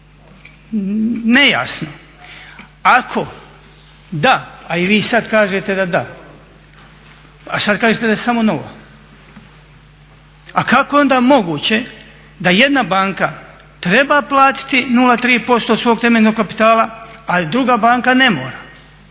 nejasno. Ako da, a i vi sad kažete da da, a sad kažete da je samo nova. A kako je onda moguće da jedna banka treba platiti 0,3% od svog temeljnog kapitala, ali druga banka ne mora.